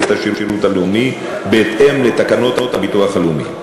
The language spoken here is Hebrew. השירות הלאומי בהתאם לתקנות הביטוח הלאומי.